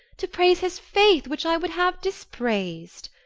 to praise his faith, which i would have disprais'd.